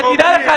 שתדע לך,